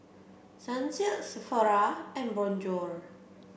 Sunsilk Sephora and Bonjour